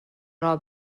راه